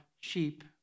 sheep